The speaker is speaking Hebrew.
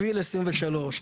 אפריל 23',